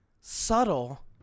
subtle